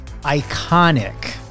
iconic